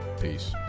Peace